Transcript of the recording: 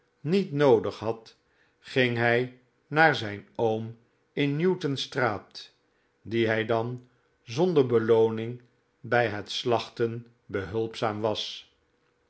niet noodig had ging hij naar zijn oom in newtonstraat dien hij dan zonder belooning bij het slachten behulpzaam was